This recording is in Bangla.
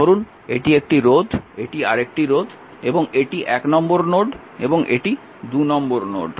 ধরুন এটি একটি রোধ এটি আরেকটি রোধ এবং এটি 1 নম্বর নোড এবং এটি 2 নম্বর নোড